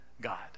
god